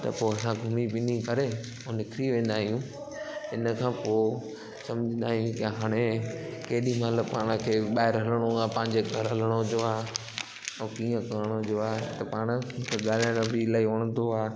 त पोइ असां घुमीं पिनी करे ऐं निकिरी वेंदा आहियूं हिनखां पोइ समुझंदा आहियूं की हाणे केॾी महिल पाण खे ॿाहिरि हलिणो आहे पंहिंजे घर हलिण जो आहे ऐं कीअं करण जो आहे त पाणि ॻाल्हाइण बि इलाही वणंदो आहे